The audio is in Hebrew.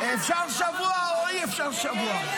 אפשר שבוע או אי-אפשר שבוע?